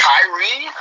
Kyrie